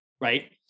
right